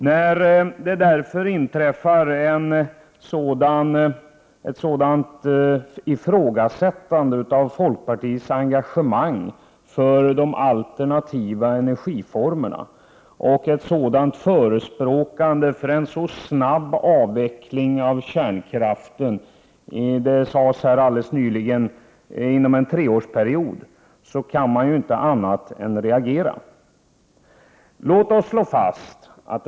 När därför folkpartiets engagemang för de alternativa energiformerna ifrågasätts och en snabb avveckling av kärnkraften förespråkas — det sades helt nyligen att det skulle ske inom en treårsperiod — kan jag inte annat än reagera.